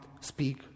speak